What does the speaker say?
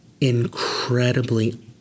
incredibly